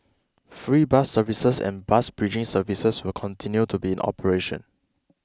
free bus services and bus bridging services will continue to be in operation